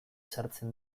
sartzen